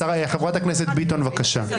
חברת הכנסת דבי ביטון, בבקשה.